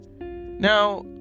Now